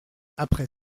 après